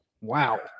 wow